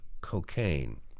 cocaine